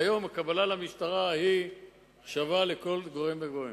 והיום, קבלה למשטרה היא שווה לכל גורם וגורם.